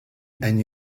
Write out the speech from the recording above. and